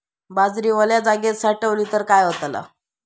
बाजरी वल्या जागेत साठवली तर काय होताला?